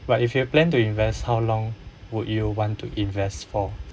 but if you plan to invest how long would you want to invest for